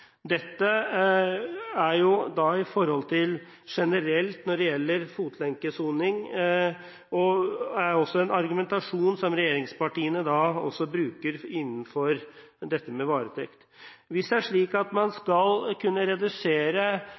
Dette er da når det gjelder fotlenkesoning generelt, og er også en argumentasjon som regjeringspartiene altså bruker innenfor dette med varetekt. Hvis det er slik at man skal kunne